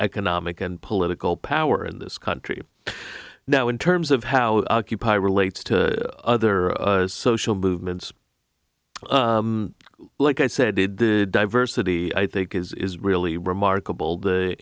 economic and political power in this country now in terms of how occupy relates to other social movements like i said did the diversity i think is really remarkable the